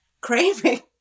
craving